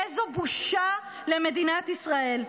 איזו בושה למדינת ישראל.